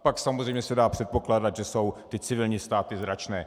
Pak samozřejmě se dá předpokládat, že jsou ty civilní ztráty značné.